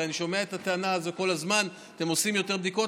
הרי אני שומע את הטענה הזאת כל הזמן: אתם עושים יותר בדיקות,